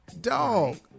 Dog